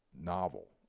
novel